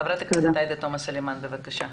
חברת הכנסת עאידה תומא סלימאן, בבקשה.